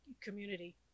community